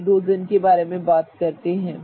hydrogen के बारे में क्या